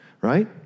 right